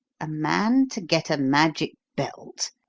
a man to get a magic belt,